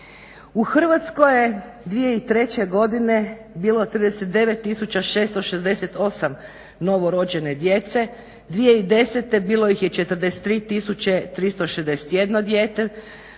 U Hrvatskoj je 2003.godine bilo 39 tisuća 668 novorođene djece, 2010.bilo ih je 43 tisuće